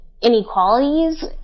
inequalities